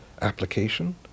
application